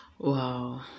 Wow